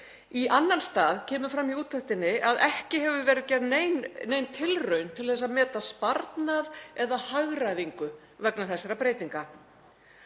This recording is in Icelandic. Í annan stað kemur fram í úttektinni að ekki hefur verið gerð nein tilraun til að meta sparnað eða hagræðingu vegna þessara breytinga.